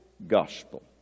gospel